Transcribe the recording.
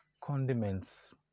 condiments